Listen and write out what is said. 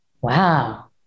Wow